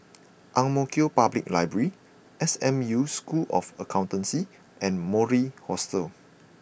Ang Mo Kio Public Library S M U School of Accountancy and Mori Hostel